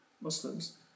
Muslims